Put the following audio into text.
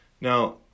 Now